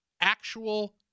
actual